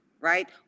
right